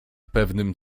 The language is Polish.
pewnym